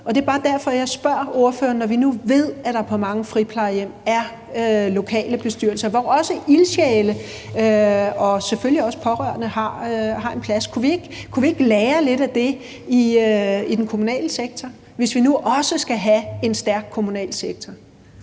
Det er bare derfor, at jeg spørger ordføreren om det. Når vi nu ved, at der på mange friplejehjem er lokale bestyrelser, hvor også ildsjæle og selvfølgelig også pårørende har en plads, kunne vi så ikke lære lidt af det i den kommunale sektor, hvis vi nu også skal have en stærk kommunal sektor?